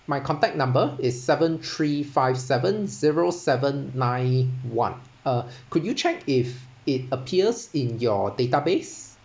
my contact number is seven three five seven zero seven nine one uh could you check if it appears in your database